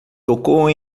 tocou